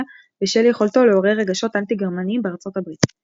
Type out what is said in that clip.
בשל יכולתו לעורר רגשות אנטי גרמניים בארצות הברית.